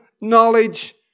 knowledge